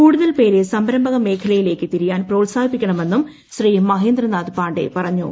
കൂടുതൽ പേള്ര് സ്റ്റംർംഭക മേഖലയിലേക്ക് തിരിയാൻ പ്രോത്സാഹിപ്പിക്കണമെന്നും ശ്രീ മഹേന്ദ്രനാഥ് പാണ്ഡേ പറഞ്ഞു